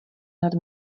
nad